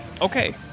Okay